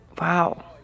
Wow